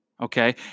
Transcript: Okay